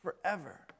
forever